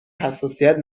حساسیت